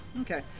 Okay